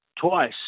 twice